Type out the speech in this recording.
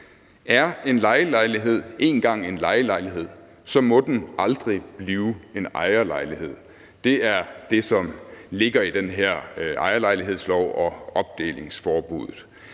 Er en lejelejlighed en gang en lejelejlighed, må den aldrig blive en ejerlejlighed. Det er det, som ligger i den her ejerlejlighedslov og opdelingsforbuddet.